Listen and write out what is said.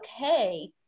okay